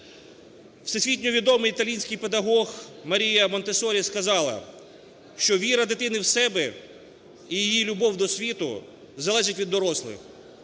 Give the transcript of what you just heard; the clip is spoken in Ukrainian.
Всесвітньо відомий італійський педагог Марія Монтессорі сказала, що віра дитини в себе і її любов до світу залежить від дорослих.